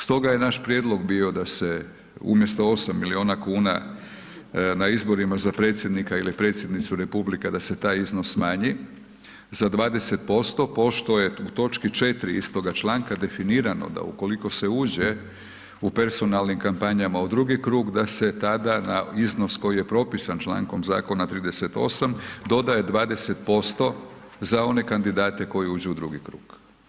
Stoga je naš prijedlog bio da se umjesto 8 miliona kuna na izborima za predsjednika ili predsjednicu Republike da se taj iznos smanji za 20% pošto je u točki 4. istoga članka definirano da ukoliko se uđe u personalnim kampanjama u drugi krug da se tada na iznos koji je propisan člankom zakona 38. dodaje 20% za one kandidate koji uđu u drugi krug.